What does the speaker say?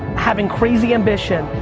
having crazy ambition,